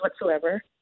whatsoever